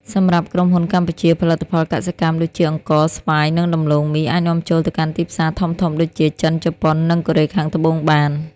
សម្រាប់ក្រុមហ៊ុនកម្ពុជា ផលិតផលកសិកម្មដូចជា អង្ករ ស្វាយ និងដំឡូងមី អាចនាំចូលទៅកាន់ទីផ្សារធំៗដូចជា ចិន ជប៉ុន និងកូរ៉េខាងត្បូងបាន។